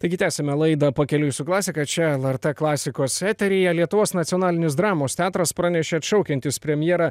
taigi tęsiame laidą pakeliui su klasika čia lrt klasikos eteryje lietuvos nacionalinis dramos teatras pranešė atšaukiantys premjerą